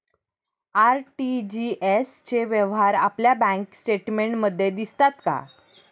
RTGS चे व्यवहार आपल्या बँक स्टेटमेंटमध्ये दिसतात का?